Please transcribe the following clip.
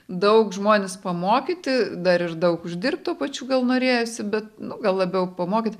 daug žmones pamokyti dar ir daug uždirbt tuo pačiu gal norėjosi bet nu gal labiau pamokyt